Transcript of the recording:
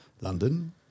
London